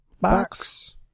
box